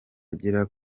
agera